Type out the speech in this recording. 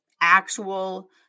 actual